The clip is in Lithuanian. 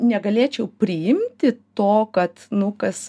negalėčiau priimti to kad nu kas